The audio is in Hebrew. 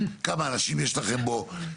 כמה אנשים יש לכם בו,